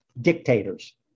dictators